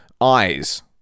eyes